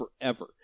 forever